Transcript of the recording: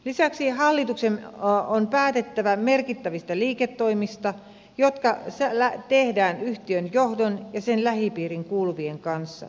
lisäksi hallituksen on päätettävä merkittävistä liiketoimista jotka tehdään yhtiön johdon ja sen lähipiiriin kuuluvien kanssa